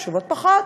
חשובות פחות.